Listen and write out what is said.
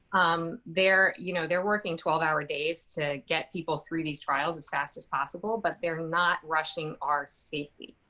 um, they're, you know, they're working twelve hour days to get people through these trials as fast as possible. but they're not rushing our safety.